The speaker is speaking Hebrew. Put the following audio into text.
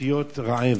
אותיות רי"ש,